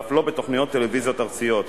ואף לא בתוכניות טלוויזיה ארציות.